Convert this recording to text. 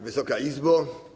Wysoka Izbo!